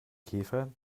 käfer